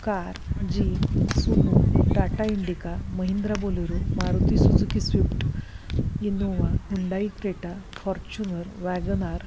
car jeep sumo Tata Indica Mahindra bolero Maruti Suzuki swift Innova Hyundai Creta Fortuner WagonR